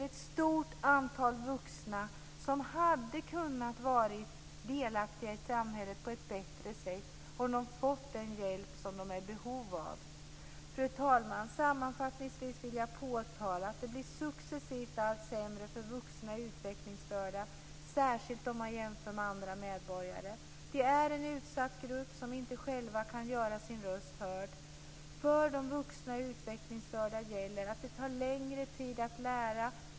ett stort antal vuxna som hade kunnat vara delaktiga i samhället på ett bättre sätt som de fått den hjälp som de är i behov av. Fru talman! Sammanfattningsvis vill jag påtala att det successivt blir allt sämre för vuxna utvecklingsstörda, särskilt om man jämför med andra medborgare. De är en utsatt grupp som inte själv kan göra sin röst hörd. För de vuxna utvecklingsstörda gäller att det tar längre tid att lära.